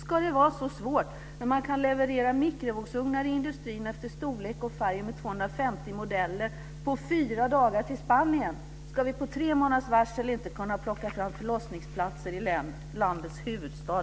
Ska det vara så svårt? När man i industrin kan leverera mikrovågsugnar efter storlek och färg och med 250 modeller på fyra dagar till Spanien, ska vi då inte med tre månaders varsel kunna plocka fram förlossningsplatser i landets huvudstad?